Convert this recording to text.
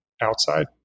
outside